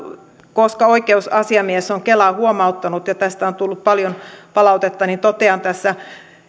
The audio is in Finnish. koska oikeusasiamies on kelaa huomauttanut ja tästä on tullut paljon palautetta niin totean tässä